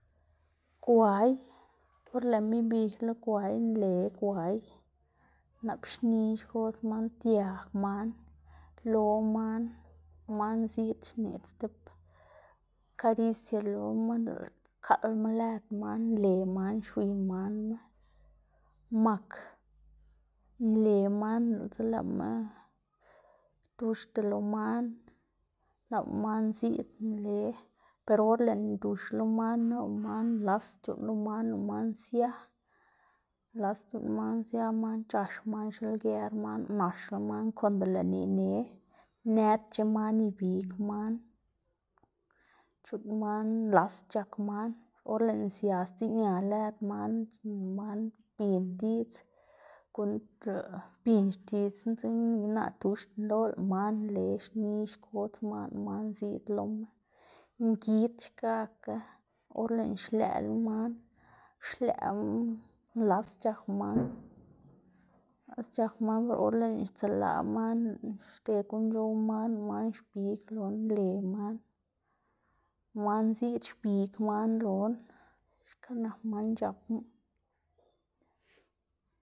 Gway or lë'ma ibig lo gway, nle gway nap xni xkodz man, diag man, lo man, man ziꞌd xneꞌdz tib karisia loma dele kaꞌlma lëd man nle man xwiy manma. Mak nle man diꞌltsa lëꞌma tuxda lo man nap lëꞌ man ziꞌd nle pero or lëꞌná ndux lo man nap lëꞌ man nlas c̲h̲uꞌnn lo man nap lëꞌ man sia, nlas c̲h̲uꞌnn man sia man c̲h̲ax man xilger man, lëꞌ naxla man konde lëꞌná ine nëdc̲h̲a man ibig man, c̲h̲uꞌnn man nlas c̲h̲ak man or lëꞌná sia sdziꞌña lëd man xnená lo man binn diꞌdz guꞌnndlá binn xtidzná, dzekna nika naꞌ tuxdná loꞌla, lëꞌ man nle xni xkodz man lëꞌ man ziꞌd loma. Ngid xkakga or lëꞌná xlëꞌ lo man xlëꞌ nlas c̲h̲ak man nlas c̲h̲ak man lëꞌ or lëꞌná stselá man xded guꞌn c̲h̲ow man, lëꞌ man xbig loná nle man, man ziꞌd xbig man loná, xka nak man c̲h̲apná.